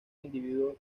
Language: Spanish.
individuo